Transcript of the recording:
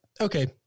Okay